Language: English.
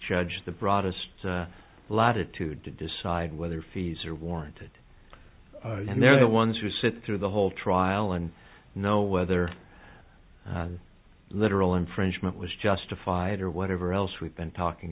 judge the broadest latitude to decide whether fees are warranted and they're the ones who sit through the whole trial and know whether literal infringement was justified or whatever else we've been talking